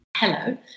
Hello